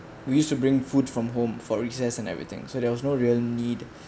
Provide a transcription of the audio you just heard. we should bring food from home for recess and everything so there was no real need